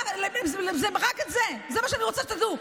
זה מה שאני רוצה שתדעו: